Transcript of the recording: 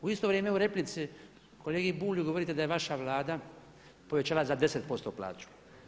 U isto vrijeme u replici kolegi Bulju govorite da je vaša Vlada povećala za 10% plaću.